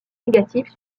négatives